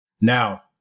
now